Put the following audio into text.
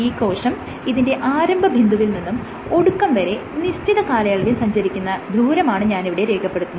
ഈ കോശം ഇതിന്റെ ആരംഭ ബിന്ദുവിൽ നിന്നും ഒടുക്കം വരെ നിശ്ചിത കാലയളവിൽ സഞ്ചരിക്കുന്ന ദൂരമാണ് ഞാനിവിടെ രേഖപ്പെടുത്തുന്നത്